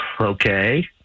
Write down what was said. Okay